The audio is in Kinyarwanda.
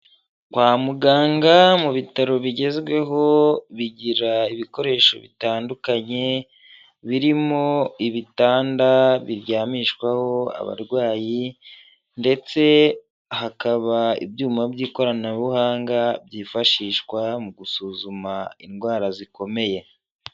Kwa muganga mu bitaro bigezweho bigira ibikoresho bitandukanye, birimo ibitanda biryamishwaho abarwayi ndetse hakaba ibyuma by'ikoranabuhanga byifashishwa mu gusuzuma indwara zikomeye.